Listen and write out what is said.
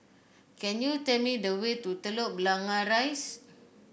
can you tell me the way to Telok Blangah Rise